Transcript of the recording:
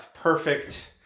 perfect